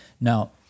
Now